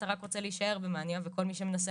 אתה רק רוצה להישאר במאניה וכל מי שמנסה